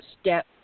step